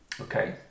Okay